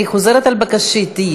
אני חוזרת על בקשתי,